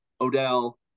Odell